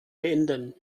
beenden